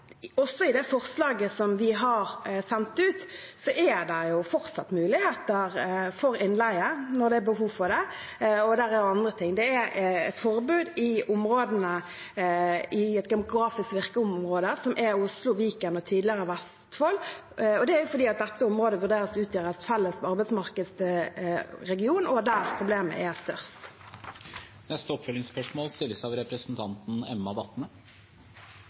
fortsatt muligheter for innleie når det er behov for det osv. Det er forbud i et geografisk virkeområde, som er Oslo, Viken og tidligere Vestfold, og det er fordi dette området vurderes å utgjøre en felles arbeidsmarkedsregion, og det er der problemet er størst. Emma Watne – til oppfølgingsspørsmål.